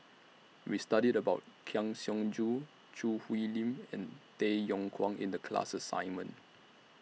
We studied about Kang Siong Joo Choo Hwee Lim and Tay Yong Kwang in The class assignment